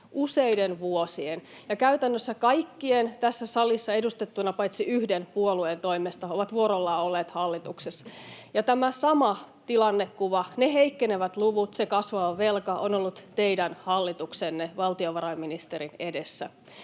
useiden vuosien aikana, ja käytännössä kaikkien tässä salissa edustettuina olevien, paitsi yhden, puolueiden toimesta. Ne ovat vuorollaan olleet hallituksessa. Ja tämä sama tilannekuva — ne heikkenevät luvut, se kasvava velka — on ollut teidän hallituksenne valtiovarainministerin edessä.